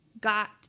got